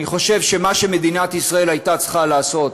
אני חושב שמה שמדינת ישראל הייתה צריכה לעשות,